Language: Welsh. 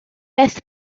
beth